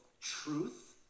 truth